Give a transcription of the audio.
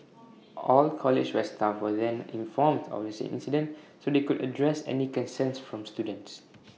all the college west staff were then informed of the incident so they could address any concerns from students